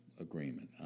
agreement